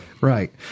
Right